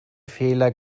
fehler